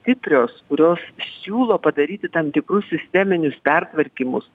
stiprios kurios siūlo padaryti tam tikrus sisteminius pertvarkymus